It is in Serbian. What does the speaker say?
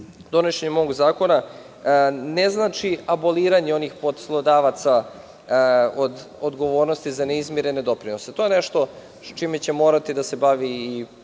donošenjem ovog zakona ne znači aboliranje onih poslodavaca od odgovornosti za neizmirene doprinose. To je nešto čime će morati da se bavi i